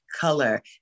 color